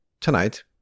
tonight